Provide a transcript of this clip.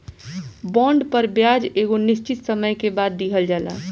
bond पर ब्याज एगो निश्चित समय के बाद दीहल जाला